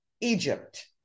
Egypt